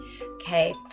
okay